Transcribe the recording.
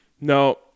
No